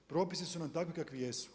Propisi su nam takvi kakvi jesu.